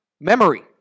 memory